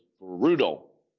brutal